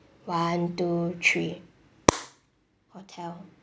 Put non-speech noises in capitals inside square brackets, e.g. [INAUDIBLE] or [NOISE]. one two three [NOISE] hotel